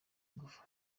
ingufu